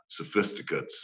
sophisticates